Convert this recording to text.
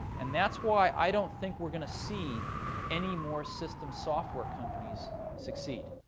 and that's why i don't think we're going to see any more systems software companies succeed.